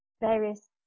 various